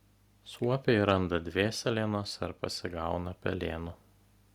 suopiai randa dvėselienos ar pasigauna pelėnų